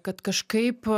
kad kažkaip